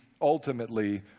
ultimately